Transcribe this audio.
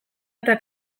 eta